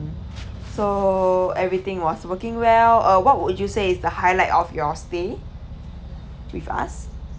so everything was working well uh what would you say is the highlight of your stay with us